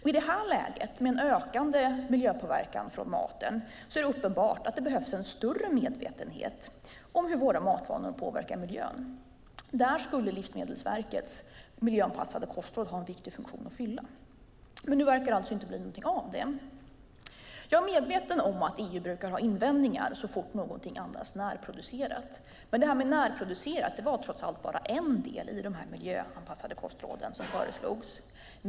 I det här läget, med en ökande miljöpåverkan från maten, är det uppenbart att det behövs en större medvetenhet om hur våra matvanor påverkar miljön. Där skulle Livsmedelsverkets miljöanpassade kostråd ha en viktig funktion att fylla. Men nu verkar det alltså inte bli någonting av detta. Jag är medveten om att EU brukar ha invändningar så fort någonting andas närproducerat. Men det här med närproducerat var trots allt bara en del i de miljöanpassade kostråd som föreslogs.